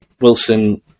Wilson